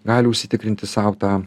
gali užsitikrinti sau tą